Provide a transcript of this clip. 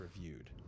reviewed